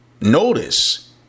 Notice